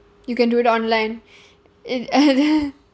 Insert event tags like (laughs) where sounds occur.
you can do it online (breath) it (laughs)